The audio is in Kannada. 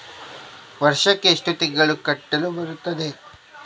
ವರ್ಷಕ್ಕೆ ಎಷ್ಟು ತಿಂಗಳು ಕಟ್ಟಲು ಬರುತ್ತದೆ?